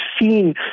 seen